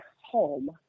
home